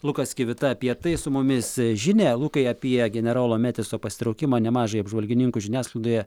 lukas kvita apie tai su mumis žinia lukai apie generolo metiso pasitraukimą nemažai apžvalgininkų žiniasklaidoje